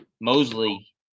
Mosley